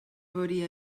veuria